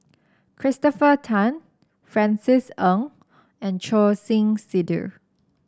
Christopher Tan Francis Ng and Choor Singh Sidhu